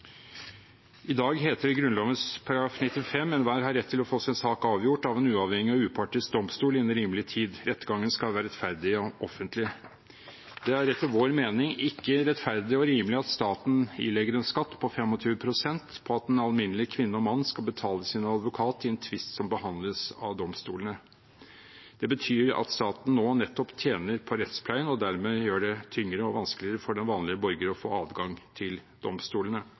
I dag heter det i Grunnloven § 95: «Enhver har rett til å få sin sak avgjort av en uavhengig og upartisk domstol innen rimelig tid. Rettergangen skal være rettferdig og offentlig.» Det er etter vår mening ikke rettferdig og rimelig at staten ilegger en skatt på 25 pst. på det den alminnelige kvinne og mann skal betale til sin advokat i en tvist som behandles av domstolene. Det betyr at staten nå nettopp tjener på rettspleien og dermed gjør det tyngre og vanskeligere for den vanlige borger å få adgang til domstolene.